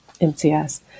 MCS